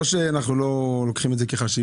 לא שאנחנו לא לוקחים את זה בחשיבות,